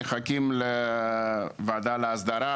מחכים לוועדת האסדרה,